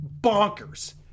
bonkers